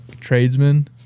tradesmen